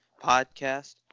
Podcast